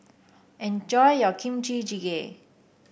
enjoy your Kimchi Jjigae